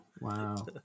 wow